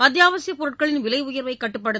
அத்தியாவசியப் பொருட்களின் விலை உயர்வைக் கட்டுப்படுத்த